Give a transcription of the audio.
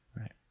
Right